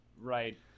Right